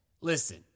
Listen